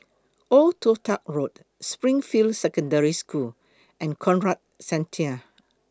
Old Toh Tuck Road Springfield Secondary School and Conrad Centennial